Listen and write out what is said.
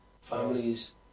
Families